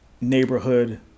neighborhood